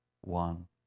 one